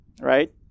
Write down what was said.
right